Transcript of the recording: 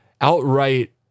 outright